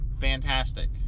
Fantastic